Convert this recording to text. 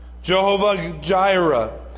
Jehovah-Jireh